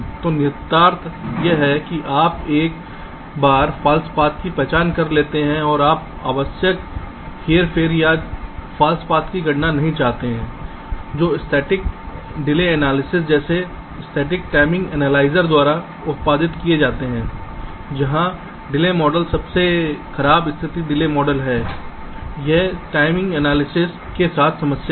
तो निहितार्थ यह है कि आप एक बार झूठे पाथ्स की पहचान कर लेते हैं और आप अनावश्यक हेरफेर या झूठे पाथ्स की गणना नहीं चाहते हैं जो स्थैतिक डिले एनालिसिस जैसे स्थैतिक टाइम एनालाइजर द्वारा उत्पादित किए जाते हैं जहां डिले मॉडल सबसे खराब स्थिति डिले मॉडल है यह टाइम एनालिसिस के साथ समस्या है